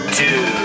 two